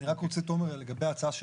אני רק רוצה תומר, לגבי ההצעה שלך.